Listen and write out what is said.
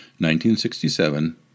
1967